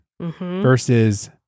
versus